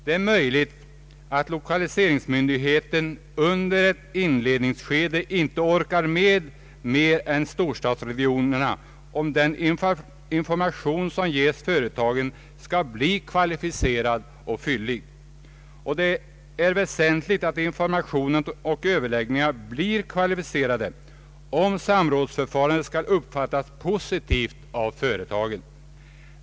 Det är möjligt att lokaliseringsmyndigheten under ett inledningsskede inte orkar med mer än storstadsregionerna, om den information som ges företagen skall bli kvalificerad och fyllig. Det är väsentligt att informationen och överläggningarna blir kvalificerade om samrådsförfarandet skall uppfattas positivt av företagen.